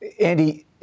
Andy